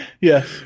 Yes